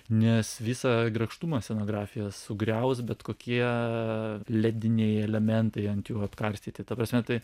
nes visą grakštumą scenografijos sugriaus bet kokie lediniai elementai ant jų apkarstyti ta prasme tai